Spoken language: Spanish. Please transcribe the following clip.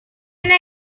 una